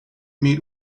meet